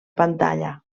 pantalla